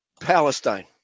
Palestine